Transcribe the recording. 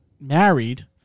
married